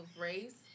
race